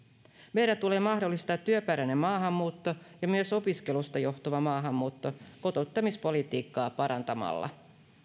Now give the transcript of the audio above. meidän tulee mahdollistaa työperäinen maahanmuutto ja myös opiskelusta johtuva maahanmuutto kotouttamispolitiikkaa parantamalla